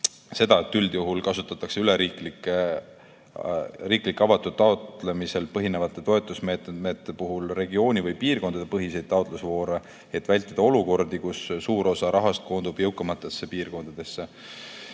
seda, et üldjuhul kasutatakse riiklike avatud taotlemisel põhinevate toetusmeetmete puhul regiooni- või piirkonnapõhiseid taotlusvoore, et vältida olukordi, kus suur osa rahast koondub jõukamatesse piirkondadesse.